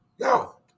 no